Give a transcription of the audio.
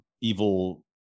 evil